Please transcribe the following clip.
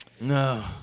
No